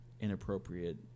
inappropriate